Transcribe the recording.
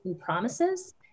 promises